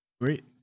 Great